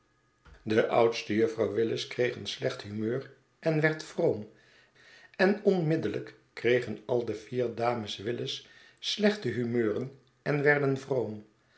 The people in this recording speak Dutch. de oudste juffrouw willis kreeg een slecht humeur en werd vroom en onmiddellijk kregen al de vier dames willis slechte humeuren en werden